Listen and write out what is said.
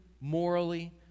morally